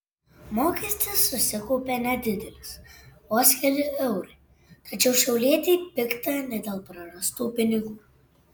mokestis susikaupė nedidelis vos keli eurai tačiau šiaulietei pikta ne dėl prarastų pinigų